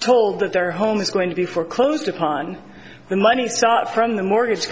told that their home is going to be foreclosed upon the money start from the mortgage